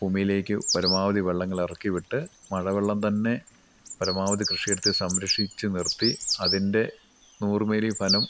ഭൂമിയിലേക്ക് പരമാവധി വെള്ളങ്ങളിറക്കി വിട്ട് മഴവെള്ളം തന്നെ പരമാവധി കൃഷിയെടുത്ത് സംരക്ഷിച്ച് നിർത്തി അതിൻ്റെ നൂറു മേനി ഫലം